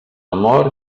amor